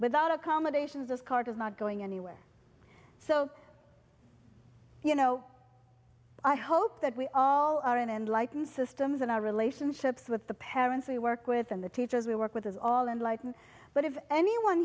without accommodations this card is not going anywhere so you know i hope that we all are in enlightened systems in our relationships with the parents we work with and the teachers we work with is all enlightened but if any one